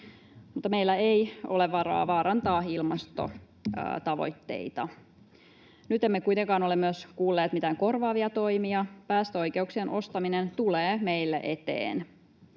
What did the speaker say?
meillä ei ole varaa vaarantaa ilmastotavoitteita. Nyt emme kuitenkaan ole myöskään kuulleet mitään korvaavia toimia. Päästöoikeuksien ostaminen tulee meille eteen.